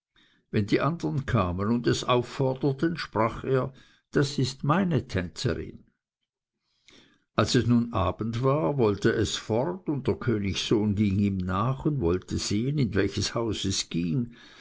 wenn die andern kamen und es aufforderten sprach er das ist meine tänzerin als es nun abend war wollte es fort und der königssohn ging ihm nach und wollte sehen in welches haus es ging